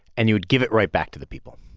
and you would give it right back to the people